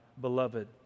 beloved